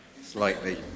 slightly